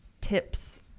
tips